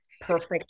perfect